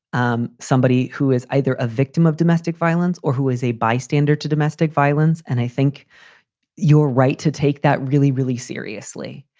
um somebody who is either a victim of domestic violence or who is a bystander to domestic violence. and i think you're right to take that really, really seriously.